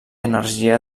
energia